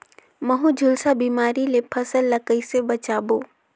महू, झुलसा बिमारी ले फसल ल कइसे बचाबो?